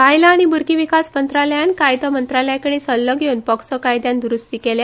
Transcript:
बायला आनी भूरगी विकास मंत्रालयान कायदा मंत्रालयाकडेन सछ्छो घेवन पॉक्सो कायद्यात द्रूस्ती केल्या